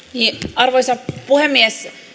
arvoisa puhemies